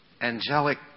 angelic